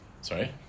sorry